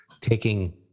taking